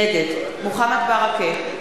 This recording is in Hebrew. נגד מוחמד ברכה,